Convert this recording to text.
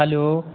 hello